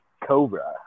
Cobra